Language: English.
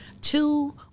two